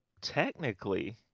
technically